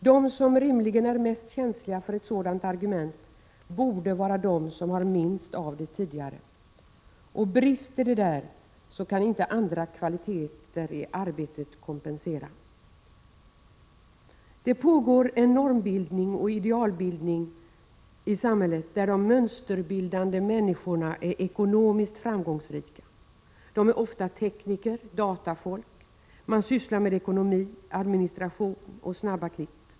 De som rimligen är mest känsliga för ett sådant argument borde vara de som har minst av denna vara tidigare, och brister det här kan inte andra kvaliteter i det arbetet kompensera. Det pågår en normoch idealbildning i samhället där de mönsterbildande människorna är ekonomiskt framgångsrika. De är ofta tekniker och datafolk. De sysslar med ekonomi, administration och snabba klipp.